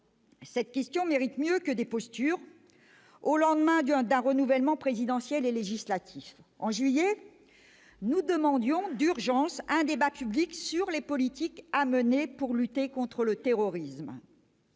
Cette question mérite pourtant mieux que cela, au lendemain d'un renouvellement présidentiel et législatif. En juillet, nous demandions l'organisation en urgence d'un débat public sur les politiques à mener pour lutter contre le terrorisme.